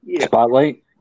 spotlight